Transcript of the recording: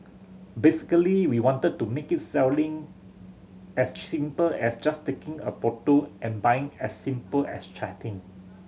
basically we wanted to make it selling as simple as just taking a photo and buying as simple as chatting